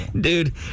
Dude